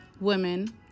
women